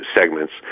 segments